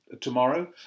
tomorrow